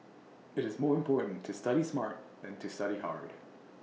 IT is more important to study smart than to study hard